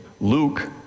Luke